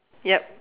yup